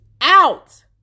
out